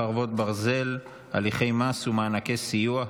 חרבות ברזל) (הליכי מס ומענקי סיוע),